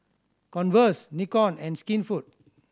Converse Nikon and Skinfood